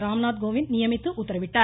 ராம்நாத் கோவிந்த் நியமித்து உத்தரவிட்டுள்ளார்